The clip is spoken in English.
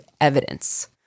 evidence